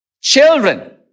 children